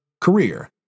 career